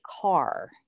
car